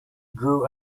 drew